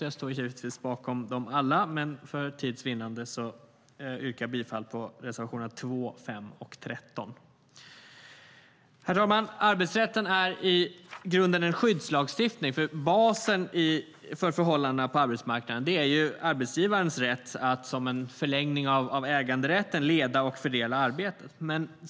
Jag står givetvis bakom dem alla, men för tids vinnande yrkar jag endast bifall till reservationerna 2, 5 och 13. Herr talman! Arbetsrätten är i grunden en skyddslagstiftning. Basen för förhållandena på arbetsmarknaden är nämligen arbetsgivarens rätt att som en förlängning av äganderätten leda och fördela arbetet.